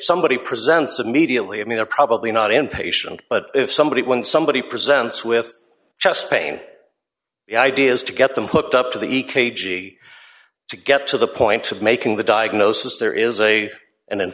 somebody presents immediately i mean a probably not in patient but if somebody when somebody presents with chest pain the idea is to get them hooked up to the e k g to get to the point of making the diagnosis there is a and